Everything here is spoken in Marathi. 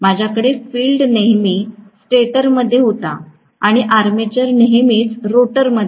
माझ्याकडे फील्ड नेहमी स्टॅटरमध्ये होता आणि आर्मेचर नेहमीच रोटरमध्ये होता